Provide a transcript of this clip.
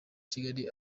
kigali